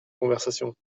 conversation